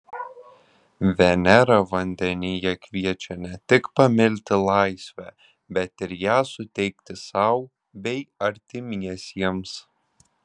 venera vandenyje kviečia ne tik pamilti laisvę bet ir ją suteikti sau bei artimiesiems